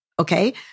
Okay